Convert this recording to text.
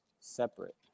separate